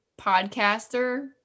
podcaster